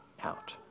out